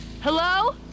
hello